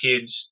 kids